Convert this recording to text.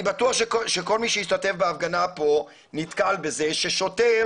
אני בטוח שכל מי שהשתתף בהפגנה נתקל בזה ששוטר